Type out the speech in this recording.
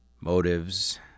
motives